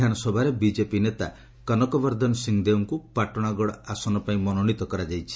ବିଧାନସଭାରେ ବିକେପି ନେତା କନକ ବର୍ଦ୍ଧନ ସିଂଦେଓଙ୍କୁ ପାଟଣାଗଡ଼ ଆସନ ପାଇଁ ମନୋନୀତ କରାଯାଇଛି